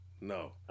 no